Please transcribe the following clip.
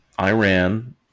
Iran